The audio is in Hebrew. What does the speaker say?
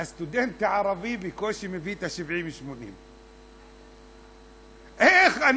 והסטודנט הערבי בקושי מביא את ה-70 80. איך?